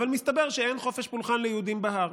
אבל מסתבר שאין חופש פולחן ליהודים בהר.